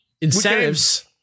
Incentives